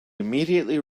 immediately